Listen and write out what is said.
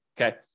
okay